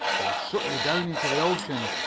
or suck you down into the ocean!